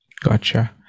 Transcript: Gotcha